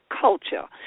culture